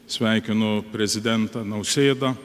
sveikino prezidentą nausėdą